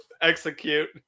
execute